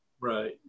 Right